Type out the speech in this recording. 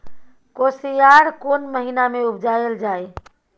कोसयार कोन महिना मे उपजायल जाय?